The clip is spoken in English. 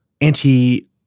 anti—